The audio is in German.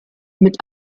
mit